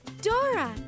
Dora